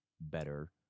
better